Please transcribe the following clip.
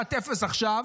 שעת אפס עכשיו